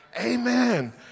Amen